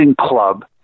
club